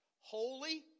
Holy